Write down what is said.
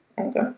Okay